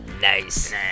Nice